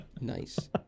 Nice